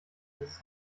dieses